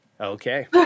Okay